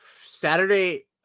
Saturday